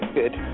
good